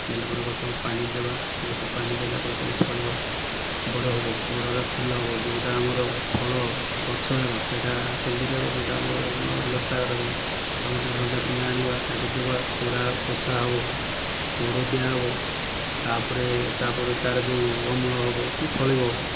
ଦେଲା ପରେ ଗଛକୁ ପାଣି ଦେବା ଗଛରେ ପାଣି ଦେଲା ପରେ ତାକୁ ଫଳିବ ବଡ଼ ହେବ ବଡ଼ ହେଲେ ଫୁଲ ହେବ ଯେଉଁଟା ଆମର ଫଳ ଗଛ ଯାକ ସେଟା ସେମତି ରହିବ ଯେଉଁଟା ଆମର ଲତା ଗୁଡ଼ାକ ଆମର ତ ରଞ୍ଜା ଫଞ୍ଜା ଆଣିବା ତାକୁ ଦେବା କୋଡ଼ କୋଷା ହେବ କୋଡ଼ ଦିଆହେବ ତାପରେ ତାର ଯେଉଁ ଅମଳ ହେବ କି ଫଳିବ